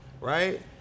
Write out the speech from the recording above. right